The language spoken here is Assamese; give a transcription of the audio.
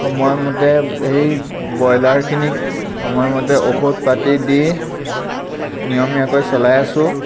সময়মতে সেই ব্ৰইলাৰখিনিক সময়মতে ঔষধ পাতি দি নিয়মীয়াকৈ চলাই আছোঁ